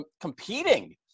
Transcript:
competing